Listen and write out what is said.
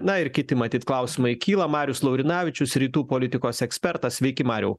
na ir kiti matyt klausimai kyla marius laurinavičius rytų politikos ekspertas sveiki mariau